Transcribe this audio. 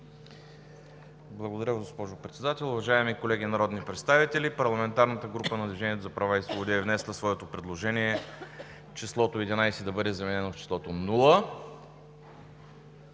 Благодаря, госпожо Председател. Уважаеми колеги народни представители, парламентарната група на „Движението за права и свободи“ е внесла своето предложение числото „единадесет“ да бъде заменено с числото